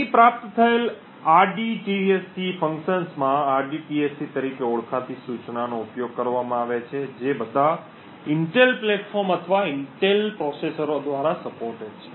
અહીં પ્રાપ્ત થયેલ rdtsc ફંક્શનમાં rdtsc તરીકે ઓળખાતી સૂચનાનો ઉપયોગ કરવામાં આવે છે જે બધા ઇન્ટેલ પ્લેટફોર્મ અથવા ઇન્ટેલ પ્રોસેસરો દ્વારા સપોર્ટેડ છે